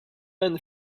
and